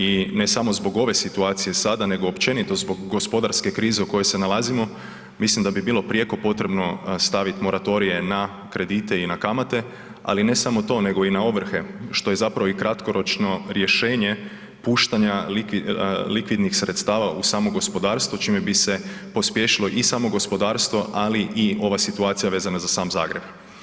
I ne samo zbog ove situacije sada nego općenito zbog gospodarske krize u kojoj se nalazimo mislim da bi bilo prijeko potrebno stavit moratorije na kredite i na kamate, ali ne samo to nego i na ovrhe, što je zapravo i kratkoročno rješenje puštanja likvidnih sredstava u samo gospodarstvo čime bi se pospješilo i samo gospodarstvo, ali i ova situacija vezana za sam Zagreb.